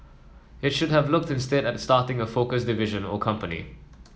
it should have looked instead at starting a focused division or company